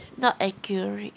not accurate